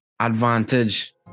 advantage